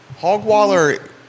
Hogwaller